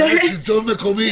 גברת שלטון מקומי.